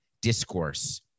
discourse